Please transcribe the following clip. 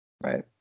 right